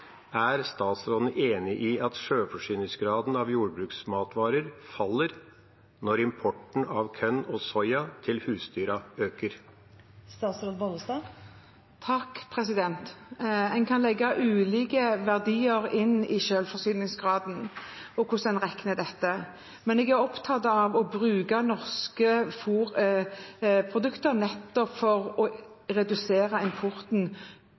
Er statsråden enig i at sjølforsyningsgraden av jordbruksmatvarer faller når importen av korn og soya til husdyra øker? En kan legge ulike verdier inn i selvforsyningsgraden og hvordan en regner dette, men jeg er opptatt av å bruke norske fôrprodukter nettopp for å redusere importen,